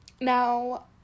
Now